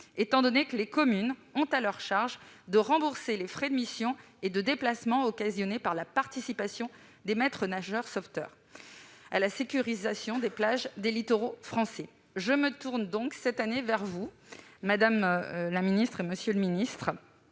étant donné que les communes ont à leur charge de rembourser les frais de mission et de déplacement occasionnés par la participation des maîtres-nageurs sauveteurs à la sécurisation des plages des littoraux français. Je me tourne donc cette année vers vous, madame la ministre, monsieur le secrétaire